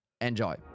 Enjoy